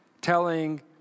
telling